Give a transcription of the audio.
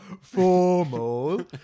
Formal